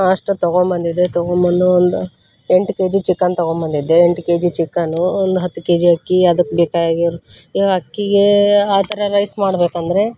ಅಷ್ಟು ತೊಗೊಬಂದಿದ್ದೆ ತೊಗೊಬಂದು ಒಂದು ಎಂಟು ಕೆಜಿ ಚಿಕನ್ ತೊಗೊಬಂದಿದ್ದೆ ಎಂಟು ಕೆಜಿ ಚಿಕನು ಒಂದು ಹತ್ತು ಕೆಜಿ ಅಕ್ಕಿ ಅದಕ್ಕೆ ಬೇಕಾಗಿರುವ ಈ ಅಕ್ಕಿಗೆ ಆ ಥರ ರೈಸ್ ಮಾಡ್ಬೇಕಂದರೆ